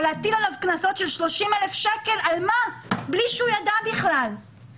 או להטיל עליו קנסות של 30,000 שקל בלי שהוא ידע בכלל על מה.